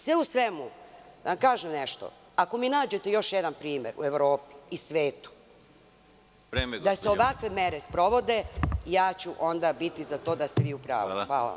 Sve u svemu, ako mi nađete još jedan primer u Evropi i svetu da se ovakve mere sprovode, ja ću onda biti za to da ste vi u pravu.